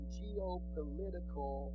geopolitical